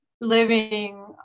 living